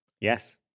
Yes